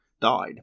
died